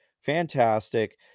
fantastic